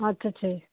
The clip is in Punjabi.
ਅੱਛਾ ਅੱਛਾ ਜੀ